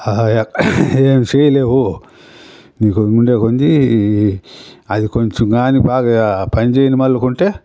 ఏమి చెయ్యలేవు నీకు ఉండే కొద్దీ అది కొంచెం కానీ బాగా పని చెయ్యడం మొదలుకుంటే